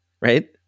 right